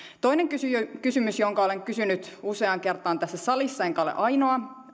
toinen kysymys kysymys jonka olen kysynyt useaan kertaan tässä salissa enkä ole ainoa